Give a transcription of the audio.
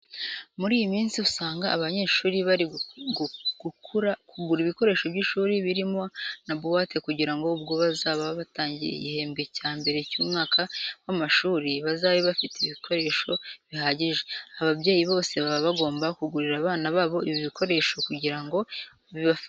Muri iyi minsi usanga abanyeshuri bari kugura ibikoresho by'ishuri birimo na buwate kugira ngo ubwo bazaba batangiye igihembwe cya mbere cy'umwaka w'amashuri, bazabe bafite ibikoresho bihagije. Ababyeyi bose baba bagomba kugurira abana babo ibi bikoresho kugira ngo bibafashe kwiga neza.